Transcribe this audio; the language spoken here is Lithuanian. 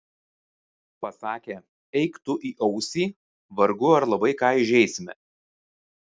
pasakę eik tu į ausį vargu ar labai ką įžeisime